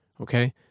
okay